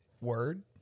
Word